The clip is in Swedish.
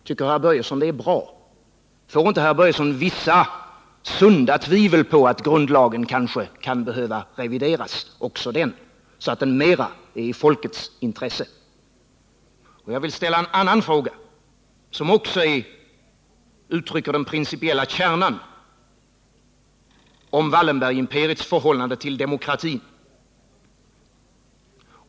Tycker herr Börjesson att det är bra? Får inte herr Börjesson vissa sunda tvivel på att grundlagen kanske behöver revideras också den, så att den mera tjänar folkets intressen? Jag vill också ställa en annan fråga, som uttrycker den principiella kärnan i Wallenbergimperiets förhållande till demokrati.